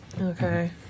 Okay